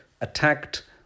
attacked